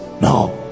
no